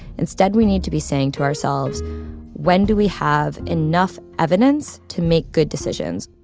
instead, we need to be saying to ourselves when do we have enough evidence to make good decisions?